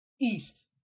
east